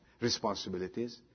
responsibilities